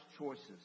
Choices